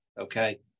Okay